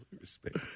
Respect